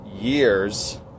years